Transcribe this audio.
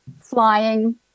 flying